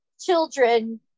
children